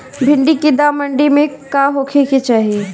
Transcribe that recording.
भिन्डी के दाम मंडी मे का होखे के चाही?